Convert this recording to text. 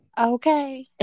Okay